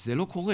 זה לא קורה,